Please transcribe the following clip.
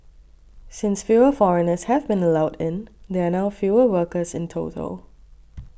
since fewer foreigners have been allowed in there are now fewer workers in total